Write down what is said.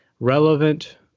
relevant